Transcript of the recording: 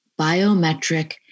biometric